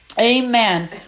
Amen